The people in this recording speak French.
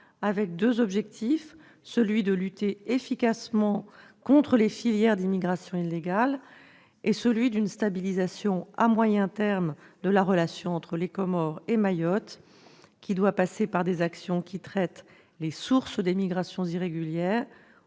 avec deux objectifs : lutter efficacement contre les filières d'immigration illégale et stabiliser à moyen terme la relation entre les Comores et Mayotte, ce qui doit passer par des actions ciblées sur les sources d'immigration irrégulière